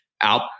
out